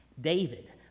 David